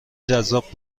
جذاب